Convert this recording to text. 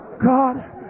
god